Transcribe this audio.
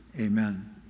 amen